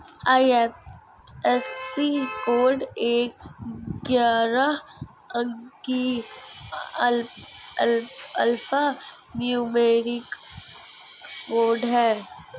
IFSC code एक ग्यारह अंकीय अल्फा न्यूमेरिक कोड है